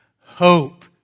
hope